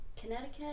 Connecticut